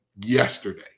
yesterday